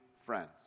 friends